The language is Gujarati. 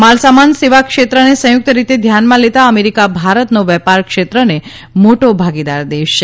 માલ સામાન સેવા ક્ષેત્રને સંયુક્ત રીતે ધ્યાનમાં લેતા અમેરિકા ભારતનો વેપાર ક્ષેત્રને મોટો ભાગીદાર દેશ છે